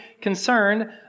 concerned